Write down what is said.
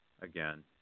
again